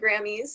Grammys